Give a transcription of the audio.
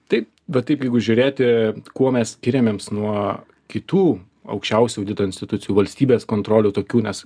taip bet taip jeigu žiūrėti kuo mes skiriamėms nuo kitų aukščiausių audito institucijų valstybės kontrolių tokių nes